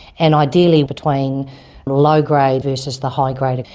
and ideally between low-grade versus the high-grade.